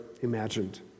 imagined